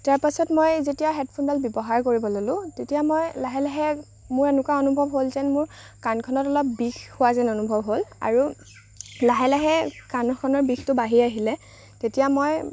তাৰপিছত মই যেতিয়া হেডফোনডাল ব্যৱহাৰ কৰিব ল'লো তেতিয়া মই লাহে লাহে মোৰ এনেকুৱা অনুভৱ হ'ল যেন মোৰ কাণখনত অলপ বিষ হোৱা যেন অনুভৱ হ'ল আৰু লাহে লাহে কাণখনৰ বিষটো বাঢ়ি আহিলে তেতিয়া মই